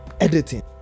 editing